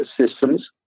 systems